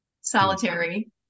solitary